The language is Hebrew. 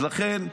לכן,